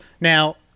Now